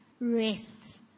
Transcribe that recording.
rest